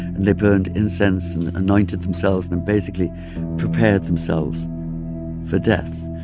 and they burned incense and anointed themselves and and basically prepared themselves for death.